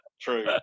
true